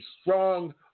strong